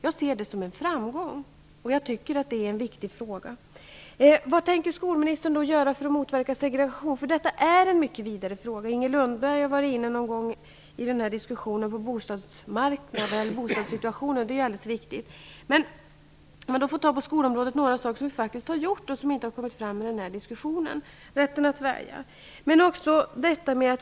Jag ser det som en framgång, och jag tycker att det är en viktig fråga. Någon frågade vad skolministern tänker göra för att motverka segregation. Det är en mycket vid fråga. Inger Lundberg var någon gång under diskussionen inne på situationen på bostadsmarknaden. Det är alldeles riktigt. Jag vill ta upp några saker som vi faktiskt har gjort på skolområdet och som inte har kommit fram i denna diskussion. Vi har skapat rätten att välja skola.